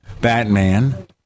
Batman